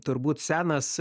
turbūt senas